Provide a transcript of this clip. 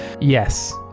Yes